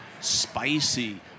spicy